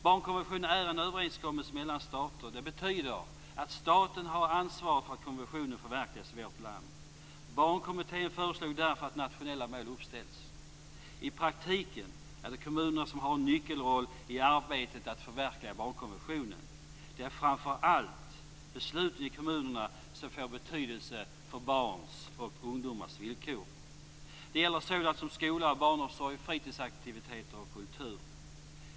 Barnkonventionen är en överenskommelse mellan stater. Det betyder att staten har ansvaret för att konventionen förverkligas i vårt land. Barnkommittén föreslog därför att nationella mål uppställs. I praktiken är det kommunerna som har en nyckelroll i arbetet att förverkliga barnkonventionen. Det är framför allt besluten i kommunerna som får betydelse för barns och ungdomars villkor. Det gäller sådant som skola och barnomsorg, fritidsaktiviteter och kultur.